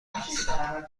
هستم